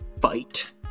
Fight